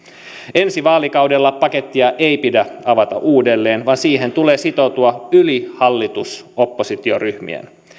ensi vaalikaudella pakettia ei pidä avata uudelleen vaan siihen tulee sitoutua yli hallitus oppositio ryhmien